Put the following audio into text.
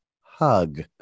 hug